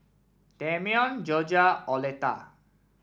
Dameon Jorja Oleta